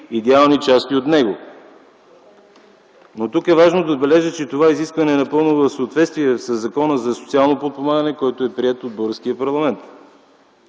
идеални части от него. Важно е да отбележа, че това изискване е напълно в съответствие със Закона за социалното подпомагане, приет от българския парламент,